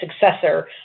successor